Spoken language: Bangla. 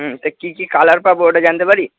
হুম তা কি কি কালার পাব ওটা জানতে পারি